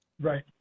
right